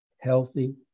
healthy